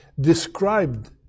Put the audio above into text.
described